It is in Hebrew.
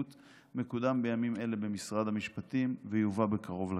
מקודם בימים אלה במשרד המשפטים ויובא בקרוב לכנסת.